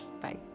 Bye